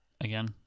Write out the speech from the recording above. again